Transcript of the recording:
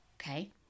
Okay